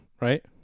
right